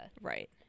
Right